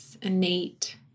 innate